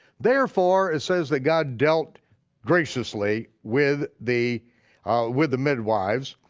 therefore, it says that god dealt graciously with the with the midwives,